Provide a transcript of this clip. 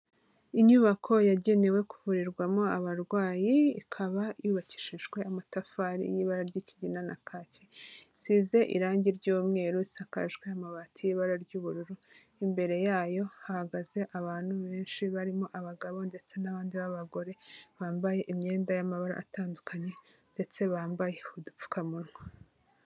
Inyubako yagenewe kuvurirwamo abarwayi, ikaba yubakishijwe amatafari y'ibara ry'ikigina na kacyi, isize irangi ry'umweru, isakajwe amabati y'ibara ry'ubururu, imbere yayo hahagaze abantu benshi, barimo abagabo ndetse n'abandi b'abagore, bambaye imyenda y'amabara atandukanye ndetse bambaye udupfukamunwa.